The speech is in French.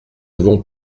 avons